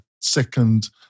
second